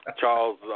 Charles